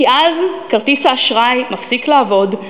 כי אז כרטיס האשראי מפסיק לעבוד,